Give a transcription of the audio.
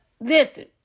listen